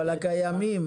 אבל הקיימים,